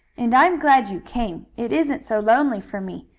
and i am glad you came. it isn't so lonely for me.